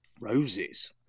Roses